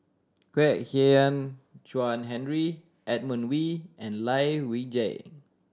Kwek Hian Chuan Henry Edmund Wee and Lai Weijie